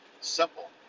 Simple